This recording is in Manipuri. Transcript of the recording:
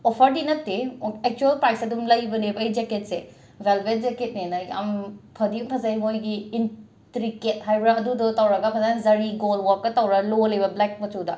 ꯑꯣꯐꯔꯗꯤ ꯅꯠꯇꯦ ꯑꯦꯛꯆ꯭ꯋꯦꯜ ꯄ꯭ꯔꯥꯏꯁꯇ ꯑꯗꯨꯝ ꯂꯩꯕꯅꯦꯕ ꯑꯩ ꯖꯦꯀꯦꯠꯁꯦ ꯕꯦꯜꯕꯦꯠ ꯖꯦꯀꯦꯠꯅꯦꯅ ꯌꯥꯝꯅ ꯐꯗꯤ ꯐꯖꯩ ꯃꯣꯏꯒꯤ ꯏꯟꯇ꯭ꯔꯤꯀꯦꯠ ꯍꯥꯏꯕꯔ ꯑꯗꯨꯗꯣ ꯇꯧꯔꯒ ꯐꯖꯅ ꯖꯔꯤ ꯒꯣꯜ ꯋꯛꯀ ꯇꯧꯔ ꯂꯣꯜꯂꯦꯕ ꯕ꯭ꯂꯦꯛ ꯃꯆꯨꯗꯥ